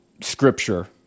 scripture